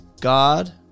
God